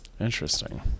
Interesting